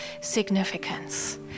significance